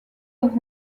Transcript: und